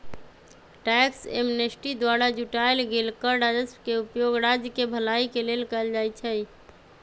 tax amnesty द्वारा जुटाएल गेल कर राजस्व के उपयोग राज्य केँ भलाई के लेल कएल जाइ छइ